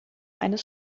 eines